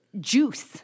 juice